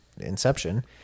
inception